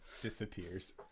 disappears